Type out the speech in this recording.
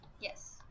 yes